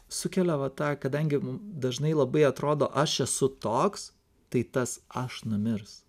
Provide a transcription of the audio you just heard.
sukelia va tą kadangi dažnai labai atrodo aš esu toks tai tas aš numirs